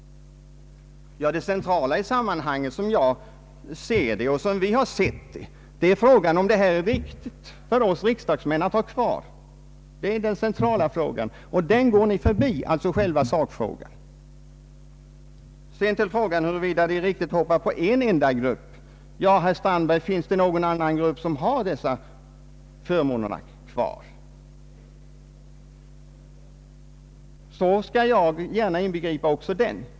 Det centrala i sammanhanget, själva sakfrågan, är, som vi har sett det, om det är riktigt för oss riksdagsmän att ha kvar denna förmån, och den frågan går ni förbi. Till herr Strandberg vill jag säga: Finns det någon annan grupp som har dessa förmåner kvar, så skall jag gärna inbegripa också dem.